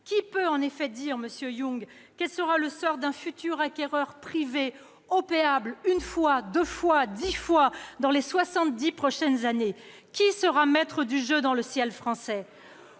qui peut dire, monsieur Yung, quel sera le sort d'un futur acquéreur privé, « opéable » une fois, deux fois, dix fois dans les 70 prochaines années ? Qui sera maître du jeu dans le ciel français ?